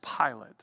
Pilate